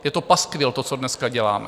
Je to paskvil, to, co dneska děláme.